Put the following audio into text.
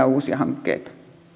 uusia hankkeita